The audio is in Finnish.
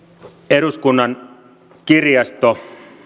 eduskunnan kirjasto